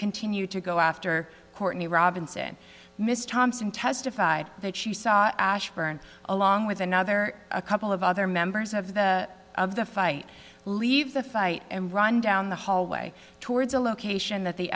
continued to go after courtney robinson miss thompson testified that she saw ashburn along with another a couple of other members of the of the fight leave the fight and run down the hallway towards a location that the